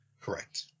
Correct